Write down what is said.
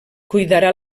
cuidarà